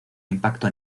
impacto